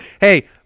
Hey